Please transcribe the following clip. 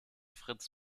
fritz